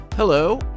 Hello